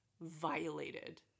violated